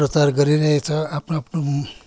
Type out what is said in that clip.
प्रचार गरिरहेछ आफ्नो आफ्नो